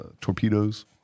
torpedoes